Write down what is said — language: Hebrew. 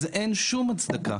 אז אין שום הצדקה.